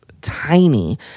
tiny